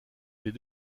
les